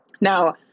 Now